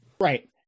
Right